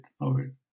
over